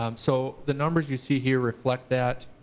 um so the numbers you see here reflect that.